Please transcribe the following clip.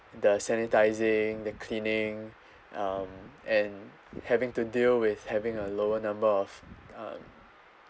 the sanitising the cleaning um and having to deal with having a lower number of uh